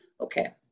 okay